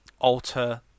alter